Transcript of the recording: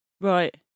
right